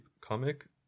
comic